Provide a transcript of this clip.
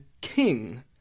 King